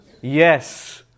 Yes